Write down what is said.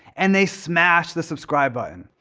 and they smash the subscribe button.